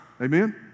Amen